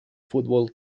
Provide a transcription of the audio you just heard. football